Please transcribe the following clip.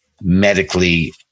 medically